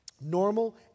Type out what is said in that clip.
Normal